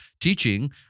Teaching